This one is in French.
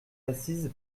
assise